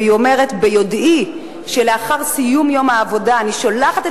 והיא אומרת: ביודעי שלאחר סיום יום העבודה אני שולחת את